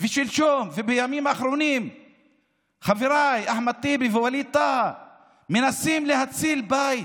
ושלשום ובימים האחרונים חבריי אחמד טיבי ווליד טאהא מנסים להציל את הבית